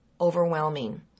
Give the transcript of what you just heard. overwhelming